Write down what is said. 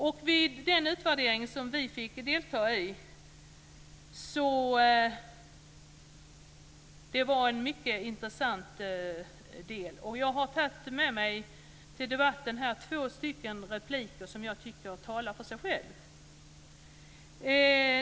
Vi fick delta i en utvärdering, och det var mycket intressant. Det fälldes då två repliker som jag tycker talar för sig själva.